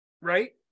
Right